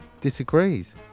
disagrees